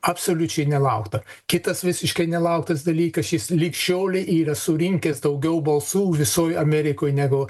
absoliučiai nelaukta kitas visiškai nelauktas dalykas šis lig šiolei yra surinkęs daugiau balsų visoj amerikoj negu